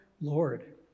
Lord